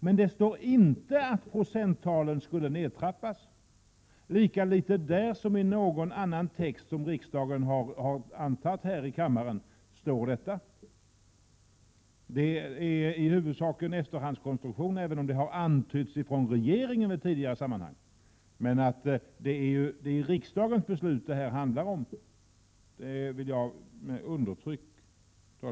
Men det står lika litet i betänkandet som i någon annan text som riksdagen har antagit här i kammaren att procenttalen skulle trappas ned. Det är i huvudsak en efterhandskonstruktion, även om det i tidigare sammanhang har antytts från regeringen. Men detta handlar om riksdagens beslut, vilket jag vill understryka.